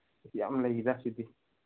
ꯌꯥꯝ ꯂꯩꯔꯤꯗ ꯁꯤꯗꯤ